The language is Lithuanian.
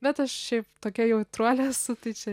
bet aš šiaip tokia jautruolė esu tai čia